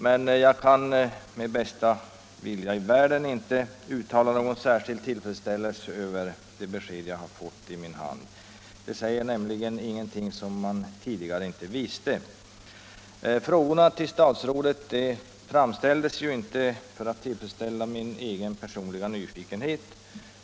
Men jag kan med bästa vilja i världen inte uttala någon särskild tillfredsställelse över det besked jag har fått i dag. Det säger nämligen ingenting som man tidigare inte visste. Frågorna till statsrådet framställdes inte för att tillfredsställa min personliga nyfikenhet.